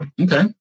Okay